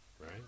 right